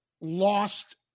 lost